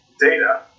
data